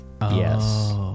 Yes